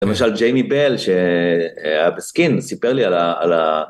למשל ג'יימי בל שהיה בסקין סיפר לי על ה..